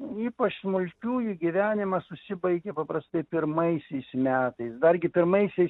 ypač smulkiųjų gyvenimas užsibaigia paprastai pirmaisiais metais dargi pirmaisiais